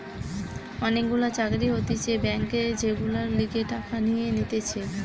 অনেক গুলা চাকরি হতিছে ব্যাংকে যেগুলার লিগে টাকা নিয়ে নিতেছে